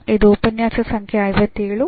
ಇದು ಉಪನ್ಯಾಸ ಸಂಖ್ಯೆ 57